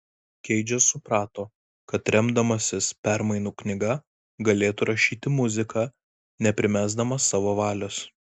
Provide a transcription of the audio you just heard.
keidžas suprato kad remdamasis permainų knyga galėtų rašyti muziką neprimesdamas savo valios